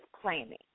planning